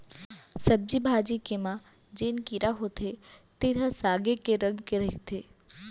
सब्जी भाजी के म जेन कीरा होथे तेन ह सागे के रंग के रहिथे